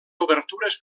obertures